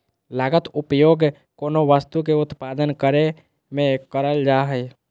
लागत उपयोग कोनो वस्तु के उत्पादन करे में करल जा हइ